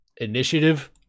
initiative